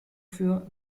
für